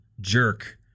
jerk